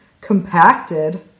compacted